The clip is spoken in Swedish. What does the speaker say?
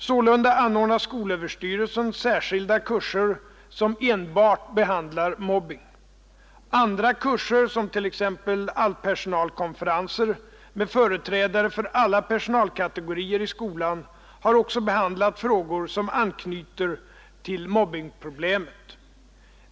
Sålunda anordnar skolöverstyrelsen särskilda kurser, som enbart behandlar mobbning. Andra kurser, som t.ex. allpersonalkonferenser med företrädare för alla personalkategorier i skolan, har också behandlat frågor som anknyter till mobbningsproblemet.